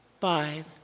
Five